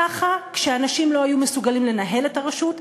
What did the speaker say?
ככה אנשים לא היו מסוגלים לנהל את הרשות.